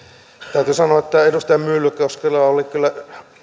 täytyy sanoa että edustaja myllykoskella oli kyllä